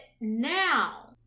now